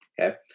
Okay